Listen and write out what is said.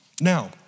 Now